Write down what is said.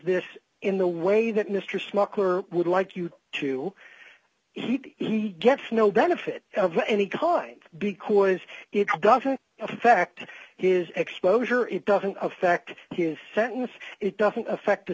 this in the way that mr smoker would like you to he he gets no benefit of any kind because it doesn't affect his exposure it doesn't affect his sentence it doesn't affect the